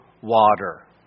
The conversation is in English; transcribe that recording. water